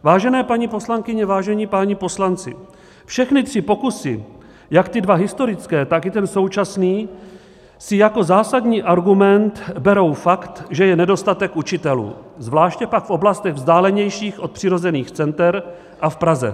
Vážené paní poslankyně, vážení páni poslanci, všechny tři pokusy, jak ty dva historické, tak i ten současný, si jako zásadní argument berou fakt, že je nedostatek učitelů, zvláště pak v oblastech vzdálenějších od přirozených center a v Praze.